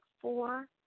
four